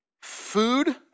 Food